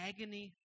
agony